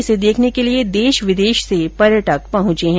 इसे देखने के लिए देश विदेश से पर्यटक पहुंचे है